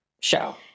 show